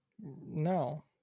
No